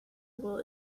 will